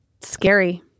Scary